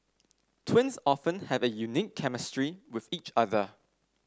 twins often have a unique chemistry with each other